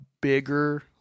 bigger